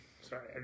Sorry